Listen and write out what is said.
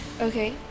Okay